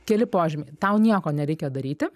keli požymiai tau nieko nereikia daryti